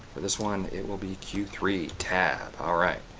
for this one it will be q three tab. alright!